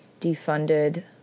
defunded